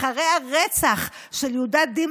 ואם היא תקופל משם אחרי הרצח של יהודה דימטמן,